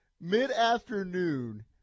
Mid-afternoon